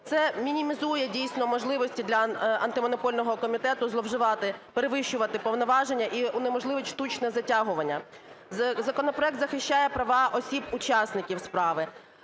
Це мінімізує, дійсно, можливості для Антимонопольного комітету зловживати, перевищувати повноваження і унеможливить штучне затягування. Законопроект захищає права осіб - учасників справи,